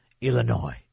Illinois